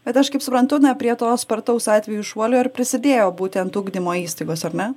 bet aš kaip suprantu na prie to spartaus atvejų šuolio ir prisidėjo būtent ugdymo įstaigos ar ne